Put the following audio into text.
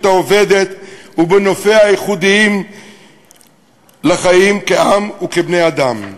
העובדת ובנופיה הייחודיים לחיינו כעם וכבני-אדם.